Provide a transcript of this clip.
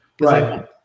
Right